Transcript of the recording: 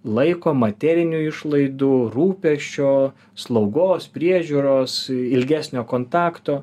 laiko materinių išlaidų rūpesčio slaugos priežiūros ilgesnio kontakto